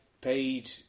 paid